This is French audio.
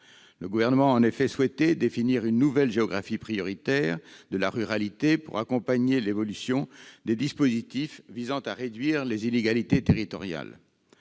Le Gouvernement a en effet souhaité définir une « nouvelle géographie prioritaire » de la ruralité pour accompagner l'évolution des dispositifs visant à réduire les inégalités territoriales.